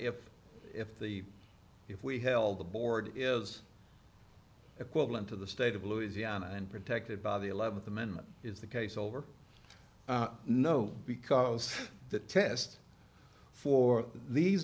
if if the if we held the board is equivalent to the state of louisiana and protected by the eleventh amendment is the case over no because the test for these